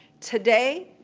today,